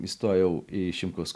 įstojau į šimkaus